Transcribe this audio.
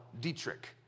Dietrich